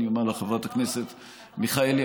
חברת הכנסת מיכאלי,